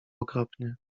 okropnie